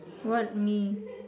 what me